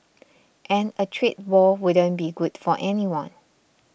and a trade war wouldn't be good for anyone